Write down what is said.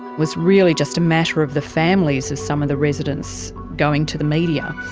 was really just a matter of the families of some of the residents going to the media.